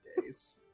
days